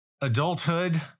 adulthood